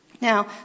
Now